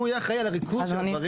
שהוא יהיה אחראי על הריכוז של הדברים.